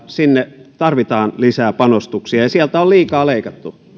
sinne tarvitaan lisää panostuksia ja sieltä on liikaa leikattu